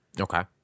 Okay